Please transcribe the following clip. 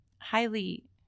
highly